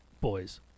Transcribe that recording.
boys